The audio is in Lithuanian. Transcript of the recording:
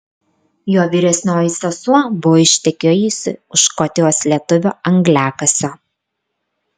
jo vyresnioji sesuo buvo ištekėjusi už škotijos lietuvio angliakasio